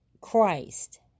Christ